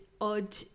odd